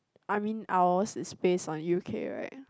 I mean ours is based on U_K right